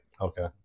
Okay